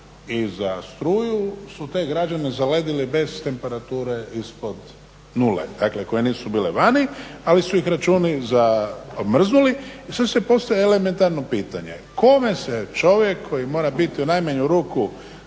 i za struju su te građane zaledili bez temperature ispod 0 dakle koje nisu bile vani ali su ih računi zamrznuli. I sada se postavlja elementarno pitanje, kome se čovjek koji mora biti u najmanju ruku